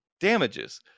damages